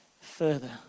further